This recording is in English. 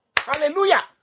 hallelujah